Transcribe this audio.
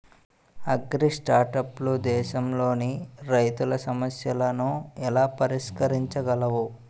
అగ్రిస్టార్టప్లు దేశంలోని రైతుల సమస్యలను ఎలా పరిష్కరించగలవు?